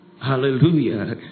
Hallelujah